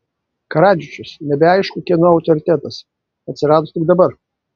karadžičius nebeaišku kieno autoritetas atsirado tik dabar